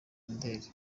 imideli